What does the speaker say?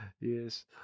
Yes